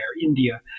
India